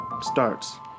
starts